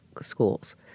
schools